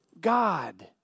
God